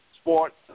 sports